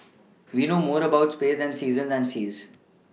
we know more about space than seasons and seas